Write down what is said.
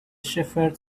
shepherd